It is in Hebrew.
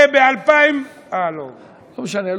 לא משנה,